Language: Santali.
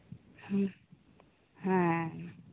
ᱦᱮᱸ ᱦᱮᱸ